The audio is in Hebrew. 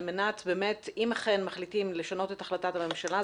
אם אכן מחליטים לשנות את החלטת הממשלה,